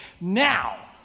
now